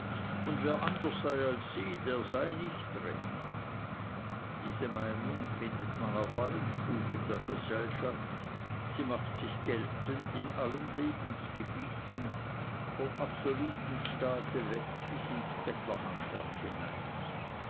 und wer anders sei als sie der sei nicht recht diese meinung findet man auf allen stufen der gesellschaft sie macht sich geltend in allen lebens gebieten vom absoluten staate weg bis ins bettlerhandwerk hinein